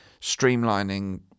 streamlining